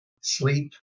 sleep